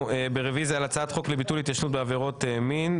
ברביזיה על הצעת חוק לביטול ההתיישנות בעבירות מין,